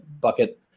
bucket